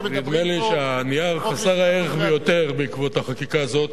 ונדמה לי שהנייר חסר הערך ביותר בעקבות החקיקה הזאת